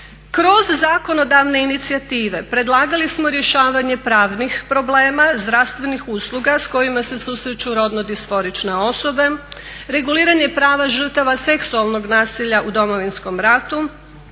Kroz zakonodavne inicijative, predlagali smo rješavanje pravnih problema, zdravstvenih usluga s kojima se susreću rodno disforične osobe, reguliranje prava žrtava seksualnog nasilja u Domovinskom ratu,